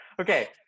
Okay